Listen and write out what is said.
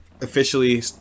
officially